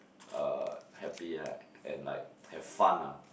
uh happy like and like have fun ah